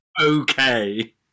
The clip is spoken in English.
Okay